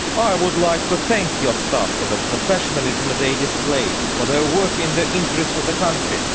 i would like to thank your staff for the professionalism they displayed for their work in the interests of the country,